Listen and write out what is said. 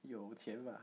有钱 bah